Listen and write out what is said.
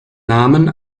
namen